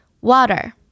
Water